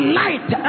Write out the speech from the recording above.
light